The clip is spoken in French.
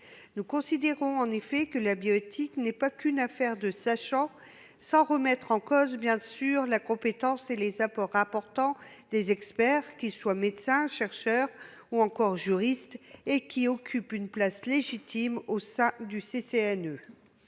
Nous considérons en effet que la bioéthique n'est pas seulement une affaire de sachants, même si nous ne remettons bien entendu pas en cause la compétence et les apports importants des experts, qu'ils soient médecins, chercheurs ou encore juristes, lesquels occupent une place légitime au sein du CCNE.